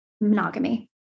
monogamy